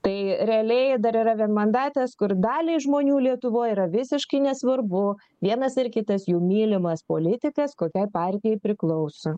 tai realiai dar yra vienmandatės kur daliai žmonių lietuvoj yra visiškai nesvarbu vienas ar kitas jų mylimas politikas kokiai partijai priklauso